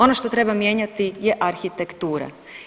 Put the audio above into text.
Ono što treba mijenjati je arhitektura.